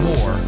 War